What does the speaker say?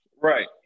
right